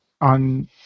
on